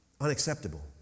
unacceptable